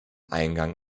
eingang